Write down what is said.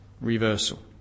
reversal